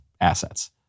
assets